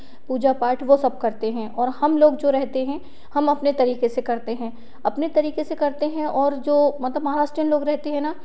पूजा पाठ वे सब करते हैं और हम लोग जो रहते हैं हम अपने तरीके से करते हैं अपने तरीके से करते हैं और जो मतलब महाराष्ट्रीयन लोग रहते हैं ना